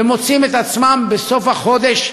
ומוצאים את עצמם בסוף החודש,